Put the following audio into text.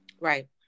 Right